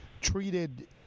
treated